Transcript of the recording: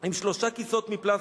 עם שלושה כיסאות מפלסטיק".